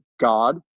god